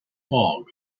fog